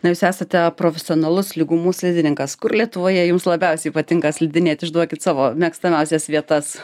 na jūs esate profesionalus lygumų slidininkas kur lietuvoje jums labiausiai patinka slidinėt išduokit savo mėgstamiausias vietas